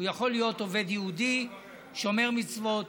הוא יכול להיות עובד יהודי שומר מצוות,